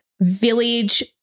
village